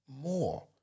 more